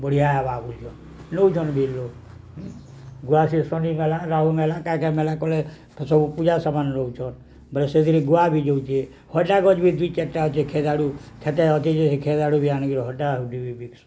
ବଢ଼ିଆ ବାଗେ ବିକୁୁଛନ୍ ନଉଛନ୍ ବି ଲୋକ୍ ଗୁଆ ସେଇ ଶନି ମେଲା ରାହୁ ମେଲା କାଁ କାଁ ମେଳା କଲେ ସବୁ ପୂଜା ସମାନ ନଉଛନ୍ ବୋଲେ ସେଥିରେ ଗୁଆ ବି ଯାଉଛେ ହରିଡ଼ା ଗଛ୍ ବି ଦୁଇ ଚାରିଟା ଅଛେ ଖେଦଡ଼ୁ ଖଷେ ଅଛେ ଯେ ସେ ଖେଦଡ଼ୁ ବି ଆଣିକିରି ହରିଡ଼ା ବିକ୍ସନ୍